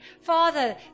Father